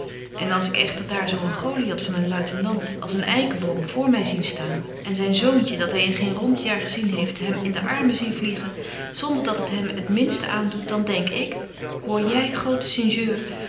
en als ik echter daar zo een goliath van een luitenant als een eikenboom voor my zie staan en zyn zoontje dat hy in geen ront jaar gezien heeft hem in de armen zie vliegen zonder dat het hem het minste aandoet dan denk ik hoor jy grote sinjeur